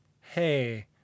hey